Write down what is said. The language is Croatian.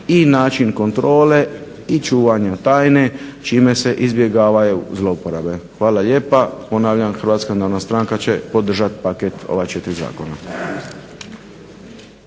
i način kontrole i čuvanja tajne čime se izbjegavaju zlouporabe. Hvala lijepa. Ponavljam, Hrvatska narodna stranka će podržati paket ova četiri zakona.